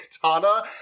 katana